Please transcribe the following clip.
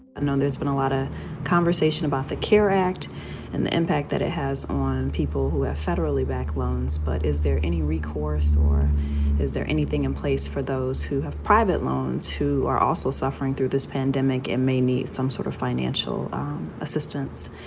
know there's been a lot of conversation about the care act and the impact that it has on people who have federally backed loans. but is there any recourse or is there anything in place for those who have private loans who are also suffering through this pandemic and may need some sort of financial assistance?